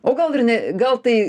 o gal ir ne gal tai